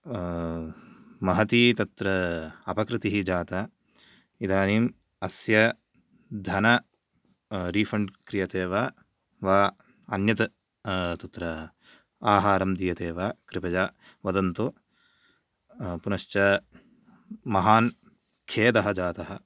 महती तत्र अपकृतिः जाता इदानीम् अस्य धन रीफण्ड् क्रियते वा वा अन्यत् तत्र आहारं दीयते वा कृपया वदन्तु पुनश्च महान् खेदः जातः